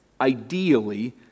ideally